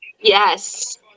yes